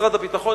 משרד הביטחון,